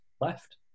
left